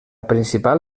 principal